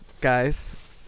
Guys